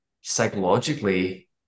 psychologically